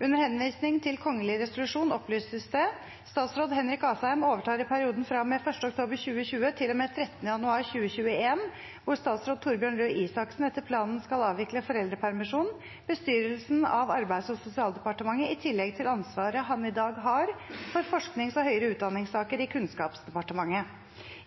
Under henvisning til kongelig resolusjon opplyses det: «Statsråd Henrik Asheim overtar i perioden fra og med 1. oktober 2020 til og med 13. januar 2021, hvor statsråd Torbjørn Røe Isaksen etter planen skal avvikle foreldrepermisjon, bestyrelsen av Arbeids- og sosialdepartementet, i tillegg til ansvaret han i dag har for forsknings- og høyere utdanningssaker i Kunnskapsdepartementet.